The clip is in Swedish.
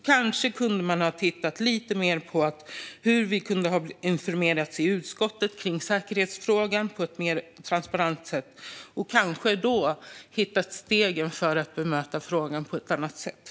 Kanske kunde utskottet ha informerats kring säkerhetsfrågan på ett mer transparent sätt, och kanske hade man då hittat steg för att bemöta frågan på ett annat vis.